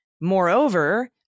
Moreover